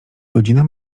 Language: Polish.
godzina